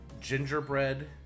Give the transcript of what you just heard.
Gingerbread